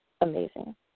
amazing